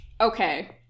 Okay